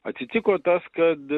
atsitiko tas kad